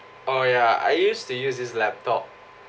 oh yeah I used to use his laptop